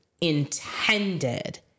intended